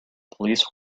police